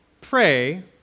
Pray